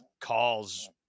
calls